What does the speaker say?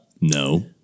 No